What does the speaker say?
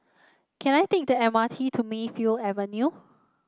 can I take the M R T to Mayfield Avenue